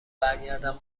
برگردم